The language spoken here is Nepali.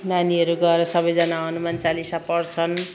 नानीहरू गएर सबैजना हनुमान चालिसा पढ्छ्न्